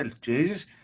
Jesus